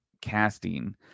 casting